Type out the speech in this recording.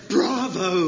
Bravo